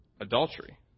adultery